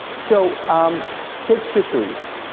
so um take fisheries,